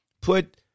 Put